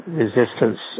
resistance